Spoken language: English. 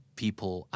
people